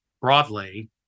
broadly